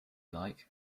like